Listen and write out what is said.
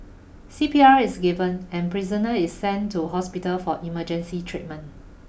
C P R is given and prisoner is sent to hospital for emergency treatment